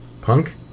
Punk